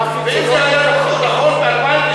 ואם זה היה נכון ב-2002,